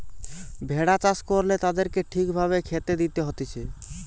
ভেড়া চাষ করলে তাদেরকে ঠিক ভাবে খেতে দিতে হতিছে